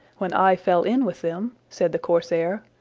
when i fell in with them, said the corsair,